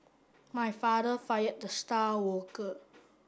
my father fired the star worker